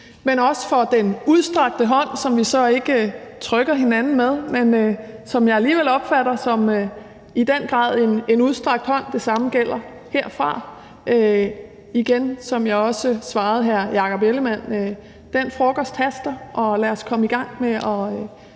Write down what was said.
men også for den udstrakte hånd, som vi så ikke trykker rigtigt, men som jeg alligevel i den grad opfatter som en udstrakt hånd. Det samme gælder herfra. Og som jeg også svarede hr. Jakob Ellemann-Jensen, vil jeg igen sige, at den frokost haster – og lad os komme i gang med at